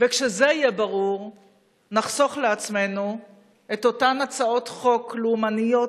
וכשזה יהיה ברור נחסוך לעצמנו את אותן הצעות חוק לאומניות,